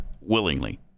willingly